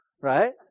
right